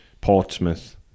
Portsmouth